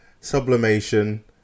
sublimation